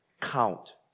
count